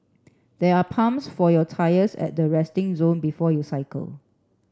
there are pumps for your tyres at the resting zone before you cycle